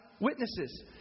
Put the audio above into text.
witnesses